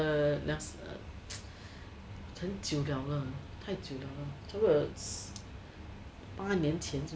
uh yes uh 很久了了太久了了差不多八年前